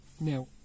Now